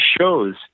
shows